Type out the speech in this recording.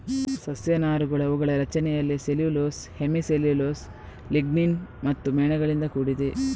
ಸಸ್ಯ ನಾರುಗಳು ಅವುಗಳ ರಚನೆಯಲ್ಲಿ ಸೆಲ್ಯುಲೋಸ್, ಹೆಮಿ ಸೆಲ್ಯುಲೋಸ್, ಲಿಗ್ನಿನ್ ಮತ್ತು ಮೇಣಗಳಿಂದ ಕೂಡಿದೆ